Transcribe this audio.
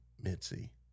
Mitzi